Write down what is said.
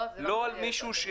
לא על מישהו?